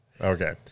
Okay